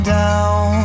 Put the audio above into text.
down